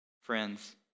Friends